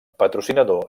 patrocinador